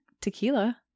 tequila